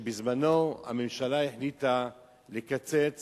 בזמנו הממשלה החליטה לקצץ